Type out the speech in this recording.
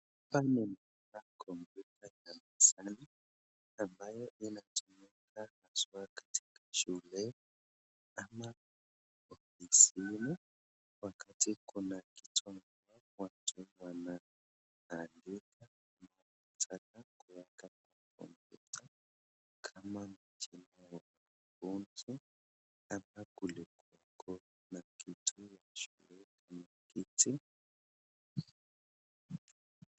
ama inatumika haswa katika shule ama ofisini wakati kuna kituo cha watu wanaandika na kuweka kwenye kompyuta kama mchinja huntu ambako kule kuna kitu ya shule kama kiti.